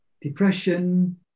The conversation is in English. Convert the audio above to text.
depression